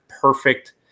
perfect